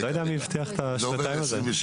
אני לא יודע מי הבטיח את הדבר הזה.